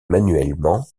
manuellement